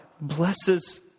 blesses